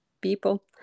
people